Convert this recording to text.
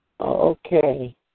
Okay